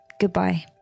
Goodbye